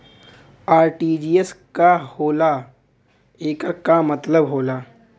RTGS का होला एकर का मतलब होला?